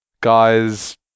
guys